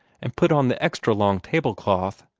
and put on the extra long tablecloth,